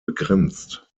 begrenzt